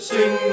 Sing